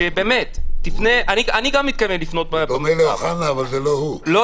אני מדבר גם על דיפרנציאלי מגזרי וגם